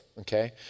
Okay